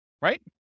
right